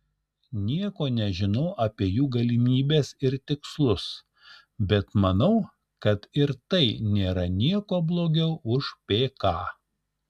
nieko nežinau apie jų galimybes ir tikslus bet manau kad ir tai nėra niekuo blogiau už pk